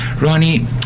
Ronnie